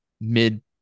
mid